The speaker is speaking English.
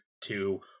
two